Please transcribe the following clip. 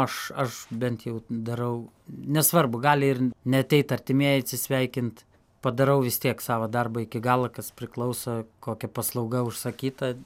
aš aš bent jau darau nesvarbu gali ir neateit artimieji atsisveikint padarau vis tiek sava darbą iki gala kas priklauso kokia paslauga užsakyta